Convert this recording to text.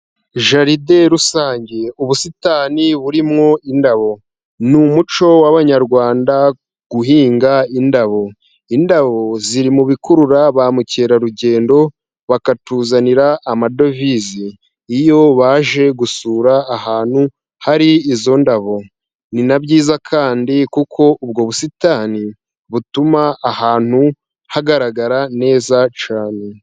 Jaride rusange, ubusitani burimwo indabo. Ni umuco w'Abanyarwanda guhinga indabo. Indabo ziri mu bikurura ba mukerarugendo bakatuzanira amadovize, iyo baje gusura ahantu hari izo ndabo. Ni na byiza kandi kuko ubwo busitani butuma ahantu hagaragarara neza cyane.